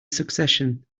succession